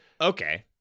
Okay